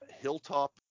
Hilltop